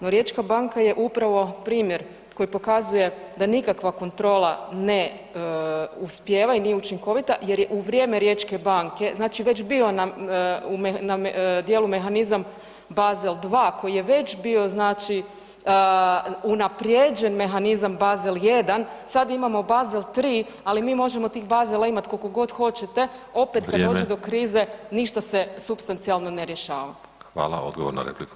No Riječka banka je upravo primjer koji pokazuje da nikakva kontrola ne uspijeva i nije učinkovita jer je u vrijeme Riječke banke znači bio na djelu mehanizam Bazel 2 koji je već bio unaprijeđen mehanizam BAzel 1, sada imamo BAzel 3, ali mi možemo tih bazela imati koliko god hoćete opet kada dođe do krize ništa se supstancijalno ne rješava.